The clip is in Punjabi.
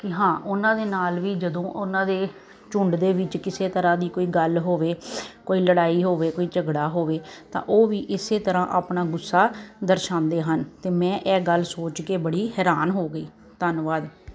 ਕਿ ਹਾਂ ਉਨ੍ਹਾਂ ਦੇ ਨਾਲ ਵੀ ਜਦੋਂ ਉਨ੍ਹਾਂ ਦੇ ਝੁੰਡ ਦੇ ਵਿੱਚ ਕਿਸੇ ਤਰ੍ਹਾਂ ਦੀ ਕੋਈ ਗੱਲ ਹੋਵੇ ਕੋਈ ਲੜਾਈ ਹੋਵੇ ਕੋਈ ਝਗੜਾ ਹੋਵੇ ਤਾਂ ਉਹ ਵੀ ਇਸੇ ਤਰ੍ਹਾਂ ਆਪਣਾ ਗੁੱਸਾ ਦਰਸਾਉਂਦੇ ਹਨ ਤਾਂ ਮੈਂ ਇਹ ਗੱਲ ਸੋਚ ਕੇ ਬੜੀ ਹੈਰਾਨ ਹੋ ਗਈ ਧੰਨਵਾਦ